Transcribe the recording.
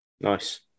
nice